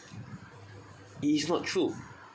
it is not true